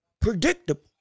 predictable